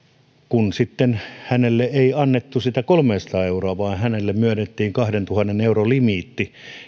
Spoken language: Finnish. hänelle ei annettu sitä kolmeasataa euroa vaan hänelle myönnettiin kahdentuhannen euron limiitti